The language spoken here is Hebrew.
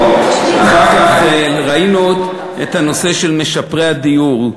אחר כך ראינו את הנושא של משפרי דיור.